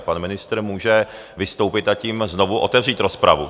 Pan ministr může vystoupit, a tím znovu otevřít rozpravu.